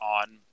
on